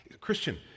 Christian